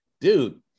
dude